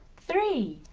three.